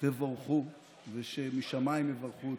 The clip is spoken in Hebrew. תבורכו ושמשמיים יברכו אתכם.